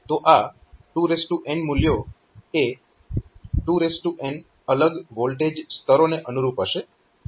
તો આ 2n મૂલ્યો એ 2n અલગ વોલ્ટેજ સ્તરોને અનુરૂપ હશે